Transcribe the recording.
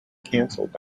cancelled